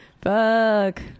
fuck